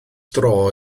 dro